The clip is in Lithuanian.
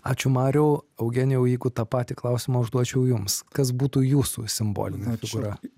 ačiū mariau eugenijau jeigu tą patį klausimą užduočiau jums kas būtų jūsų simbolinė figūra